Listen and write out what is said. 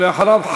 ולאחריו,